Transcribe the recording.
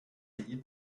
payée